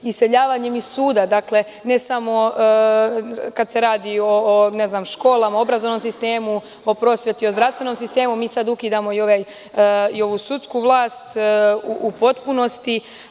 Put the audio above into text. Iseljavanjem iz suda, dakle, ne samo kada se radi o ne znam školama, obrazovnom sistemu, o prosvetu, o zdravstvenom sistemu, mi sada ukidamo i ovu sudsku vlast u potpunosti.